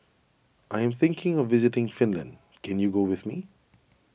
I am thinking of visiting Finland can you go with me